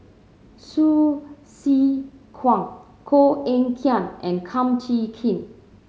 Hsu Tse Kwang Koh Eng Kian and Kum Chee Kin